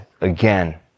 again